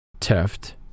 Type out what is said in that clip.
Teft